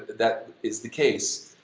that is the case.